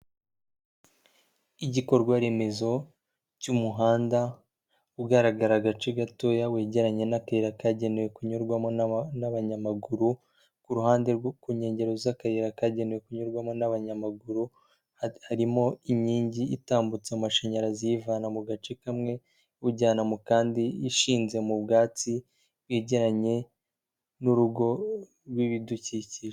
Igikorwa remezo cy'umuhanda ugaragara agace gatoya, wegeranye n'akayirara kagenewe kunyurwamo n'abanyamaguru, ku ruhande rwo ku nkengero z'akayira kagenewe kunyurwamo n'abanyamaguru, harimo inkingi itambutsa amashanyarazi iyavana mu gace kamwe iwujyana mu kandi, ishinze mu bwatsi ijyanye n'urugo rw'ibidukikije.